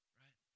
right